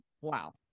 wow